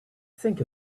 think